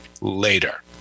later